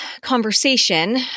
conversation